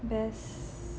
best